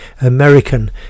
American